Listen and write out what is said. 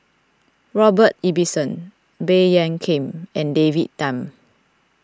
Robert Ibbetson Baey Yam Keng and David Tham